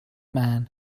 man